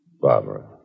Barbara